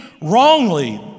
wrongly